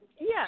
Yes